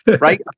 right